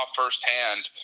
firsthand –